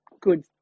good